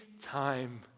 time